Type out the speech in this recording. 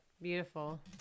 Beautiful